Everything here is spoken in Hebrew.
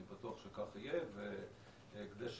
כולנו